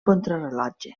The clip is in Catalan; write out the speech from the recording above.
contrarellotge